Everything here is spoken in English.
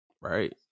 Right